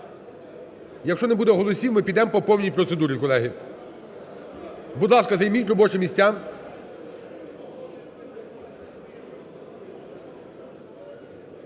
якщо не буде голосів, ми підемо по повній процедурі, колеги. Будь ласка, займіть робочі місця.